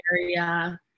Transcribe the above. area